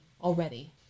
already